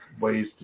ways